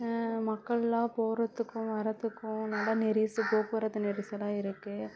மக்கள்லாம் போகிறதுக்கும் வரத்துக்கும் நல்லா நெரிசு போக்குவரத்து நெரிசலாக இருக்குது